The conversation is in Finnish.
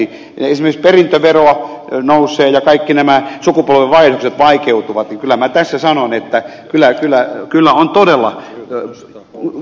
kun esimerkiksi perintövero nousee ja kaikki nämä sukupolvenvaihdokset vaikeutuvat niin kyllä minä tässä sanon että kyllä on todella kummallista politiikkaa